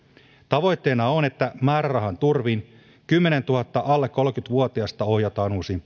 tavoitteena on että määrärahan turvin kymmenelletuhannelle alle kolmekymmentä vuotiasta ohjataan uusiin